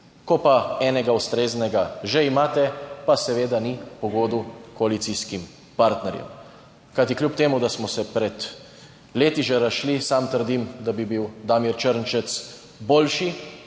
Ko pa enega ustreznega že imate, pa seveda ni po godu koalicijskim partnerjem. Kajti, kljub temu, da smo se pred leti že razšli, sam trdim, da bi bil Damir Črnčec boljši.